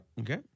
okay